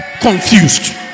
confused